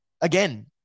again